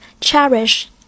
cherish